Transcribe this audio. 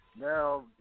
Now